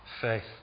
faith